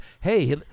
hey